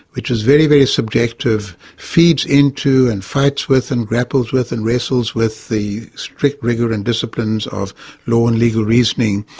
which is very, very subjective, feeds into and fights with and grapples with and wrestles with the strict rigour and disciplines of law and legal reasoning.